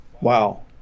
wow